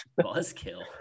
buzzkill